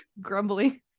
grumbling